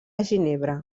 ginebra